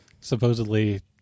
supposedly